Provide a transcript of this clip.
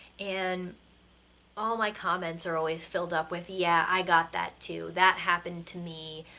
and all my comments are always filled up with yeah, i got that too! that happened to me!